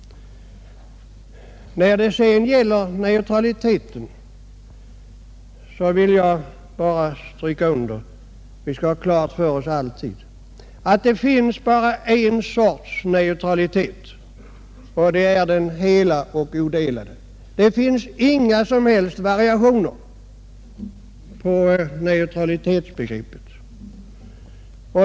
Vad beträffar neutraliteten vill jag stryka under nägot som vi alltid bör ha klart för oss, nämligen att det finns bara en sorts neutralitet, och det är den hela och odelade. Det finns inga som helst variationer i fråga om neutralitetsbegreppet.